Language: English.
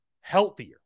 healthier